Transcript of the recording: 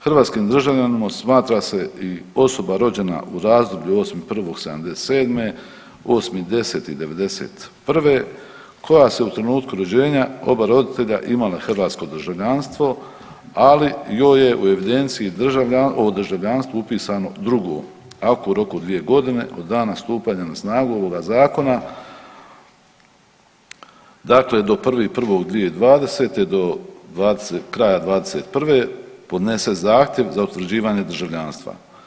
Hrvatskim državljanom smatra se i osoba rođena u razdoblju 8.1.'77.-8.10.'91. kojoj su u trenutku rođenja oba roditelja imale hrvatsko državljanstvo, ali joj je u evidenciji o državljanstvu upisano drugo, ako u roku od dvije godine od dana stupanja na snagu ovoga zakona do 1.1.2020. do kraja '21. podnese zahtjev za utvrđivanje državljanstva.